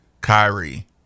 Kyrie